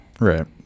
Right